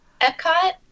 Epcot